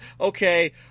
okay